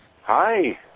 Hi